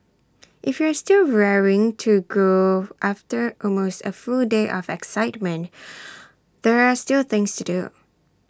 if you are still raring to go after almost A full day of excitement there are still things to do